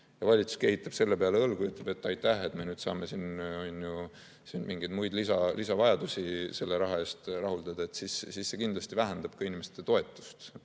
valitsus kehitab selle peale õlgu ja ütleb, et aitäh, me saame siin mingeid muid lisavajadusi selle raha eest rahuldada, siis see kindlasti vähendab ka inimeste toetust